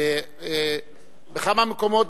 בכמה מקומות,